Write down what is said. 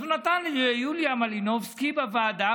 אז הוא נתן ליוליה מלינובסקי בוועדה,